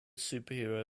superhero